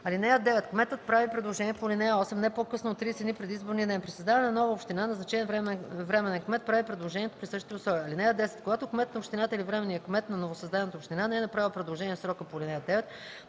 му. (9) Кметът прави предложението по ал. 8 не по-късно от 30 дни преди изборния ден. При създаване на нова община назначеният временен кмет прави предложението при същите условия. (10) Когато кметът на общината или временният кмет на новосъздадената община не е направил предложение в срока по ал. 9,